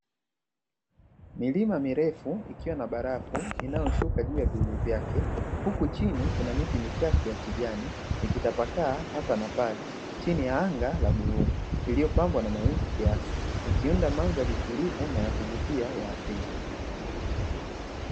Milima mirefu ikiwa na barafu inayoshuka juu ya vilele vyake huku chini kuna miti michache ya kijani, ikitapakaa hapa na pale chini ya anga la bluu lililopambwa na mawingu kiasi ikiunda mandhari tulivu na ya kuvutia ya asili.